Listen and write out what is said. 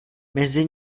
mezi